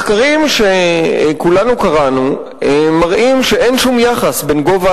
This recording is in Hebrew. מחקרים שכולנו קראנו מראים שאין שום יחס בין גובה